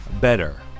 better